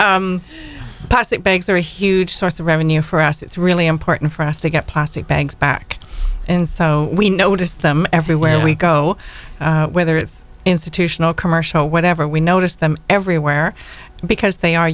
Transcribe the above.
program plastic bags are a huge source of revenue for us it's really important for us to get plastic bags back in so we notice them everywhere we go whether it's institutional commercial whatever we noticed them everywhere because they are